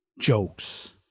jokes